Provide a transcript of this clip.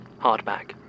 Hardback